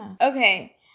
Okay